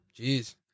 Jeez